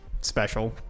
special